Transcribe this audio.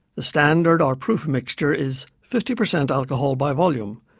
the standard or proof mixture is fifty percent alcohol by volume,